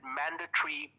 mandatory